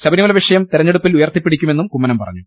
ശബരിമല വിഷയം തെരഞ്ഞെടുപ്പിൽ ഉയർത്തിപ്പിടിക്കു മെന്നും കുമ്മനം പറഞ്ഞു